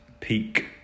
peak